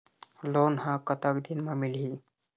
Loan ह कतक दिन मा मिलही?